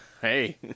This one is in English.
Hey